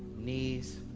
knees,